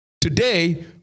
Today